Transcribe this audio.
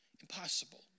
impossible